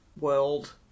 world